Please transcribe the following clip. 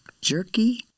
jerky